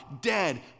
dead